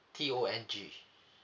T O N G